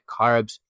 carbs